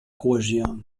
cohesió